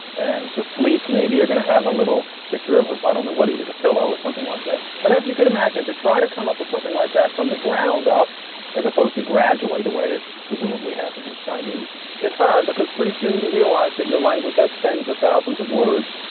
and for sleep, maybe you're going to have a little picture of it. i don't know what he did, a pillow or something like that. but as you can imagine, to try to come up with something like that from the ground up as opposed to gradually the way it presumably happened with chinese is hard because pretty soon you realize that your language has tens of thousands of words.